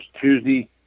Tuesday